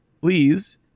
please